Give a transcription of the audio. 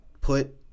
put